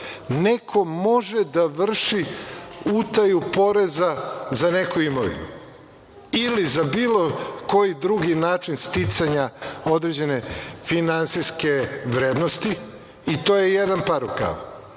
neko može da vrši utaju poreza za neku imovinu ili za bilo koji drugi način sticanja određene finansijske vrednosti i to jedan par rukava,